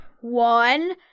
One